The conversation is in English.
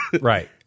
Right